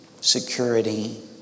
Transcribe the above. security